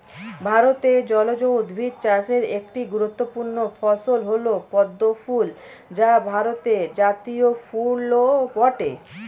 ভারতে জলজ উদ্ভিদ চাষের একটি গুরুত্বপূর্ণ ফসল হল পদ্ম ফুল যা ভারতের জাতীয় ফুলও বটে